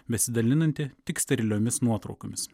besidalinanti tik steriliomis nuotraukomis